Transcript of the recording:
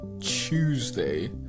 Tuesday